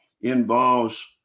involves